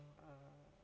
err